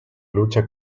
lucha